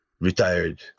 retired